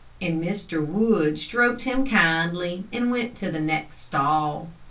and mr. wood stroked him kindly and went to the next stall.